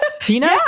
Tina